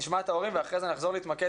שנשמע את ההורים ואחרי זה נחזור להתמקד